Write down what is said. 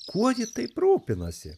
kuo ji taip rūpinasi